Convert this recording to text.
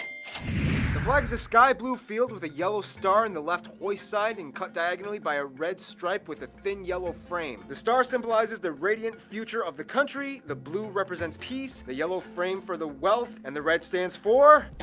is a sky blue field with a yellow star in the left hoist side and cut diagonally by a red stripe with a thin yellow frame. the star symbolizes the radiant future of the country. the blue represents peace. the yellow frame, for the wealth. and the red stands for.